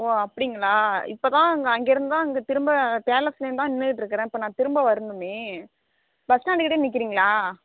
ஒ அப்படிங்களா இப்போ தான் அங்கேருந்து திரும்ப பிளசுல தான் நின்றுட்டு இருக்கிற இப்போ திரும்ப வர்ணுமே பஸ் ஸ்டாண்டு கிட்ட நிற்குறிங்களா